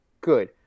Good